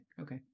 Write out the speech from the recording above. Okay